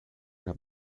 una